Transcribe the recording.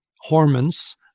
hormones